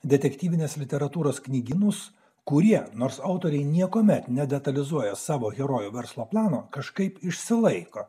detektyvinės literatūros knygynus kurie nors autoriai niekuomet nedetalizuoja savo herojų verslo plano kažkaip išsilaiko